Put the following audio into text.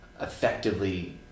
effectively